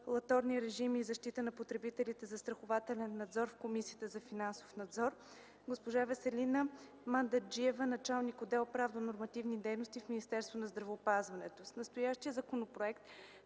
„Регулаторни режими и защита на потребителите, застрахователен надзор” в Комисията за финансов надзор; госпожа Веселина Мандаджиева – началник-отдел „Правно нормативни дейности” в Министерството на здравеопазването. С настоящия законопроект